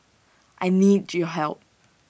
I need your help